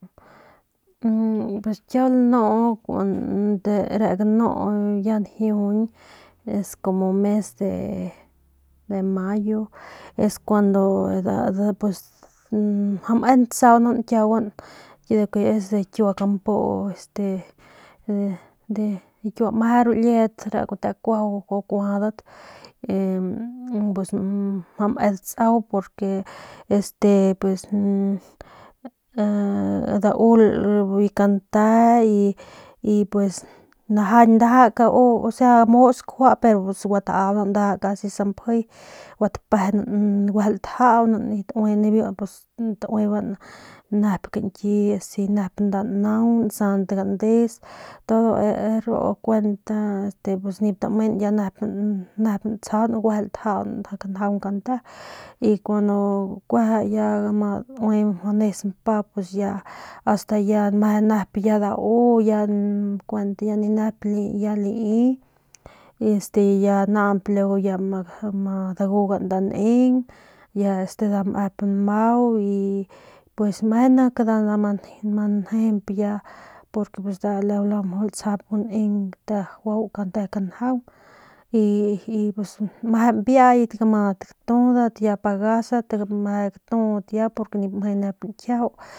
Pus kiau lnu kun de re ganu kumu mes de mayo es cuando mjua me ntsaunan kiaguan lo que es de kiua kampu este de meje ru liedat mjau me datsau porque este daul biu kante y pues daul meje biu kante osea mu skjua pero pus gua taaunan casi pur sampjiy gua tapejen y guejel tajaunan y nibiu tauban nep kañki nsanan gandes y todo ru kuent ya nip tamen nep ntsjaun guejel tajaun kanjaung kante y cuando ya kun ma daue mjau nes mpa ya meje nep ya dau ya kuent ya ni nep lai y este ya naañ ma dagugan daneng ya este nda mep nmau y pues meje nep ma njejemp nda latsjap guneng nda juau kante kanjaung ya mbiayat gama gatudat pagasat ma gatudat ya porque nip mje ya nep nkjiau.